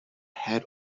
had